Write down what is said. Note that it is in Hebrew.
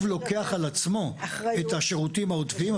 לוקח על עצמו את השירותים העודפים,